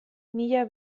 mila